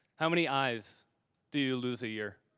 how many eyes do you lose a year?